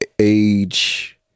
age